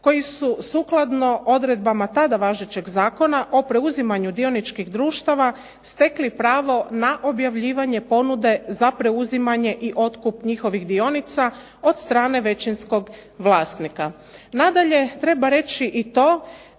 koji su sukladno odredbama tada važećeg zakona o preuzimanju dioničkih društava stekli pravo na objavljivanje ponude za preuzimanje i otkup njihovih dionica od strane većinskog vlasnika. Nadalje, treba reći i to